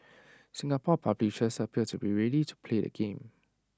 Singapore publishers appear to be ready to play the game